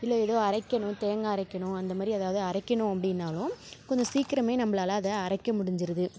இல்லை ஏதோ அரைக்கணும் தேங்காய் அரைக்கணும் அந்த மாதிரி ஏதாவது அரைக்கணும் அப்படின்னாலும் கொஞ்சம் சீக்கிரமே நம்மளால அதை அரைக்க முடிஞ்சிடுது